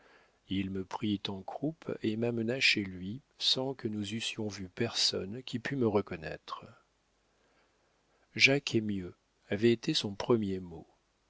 il me prit en croupe et m'amena chez lui sans que nous eussions vu personne qui pût me reconnaître jacques est mieux avait été son premier mot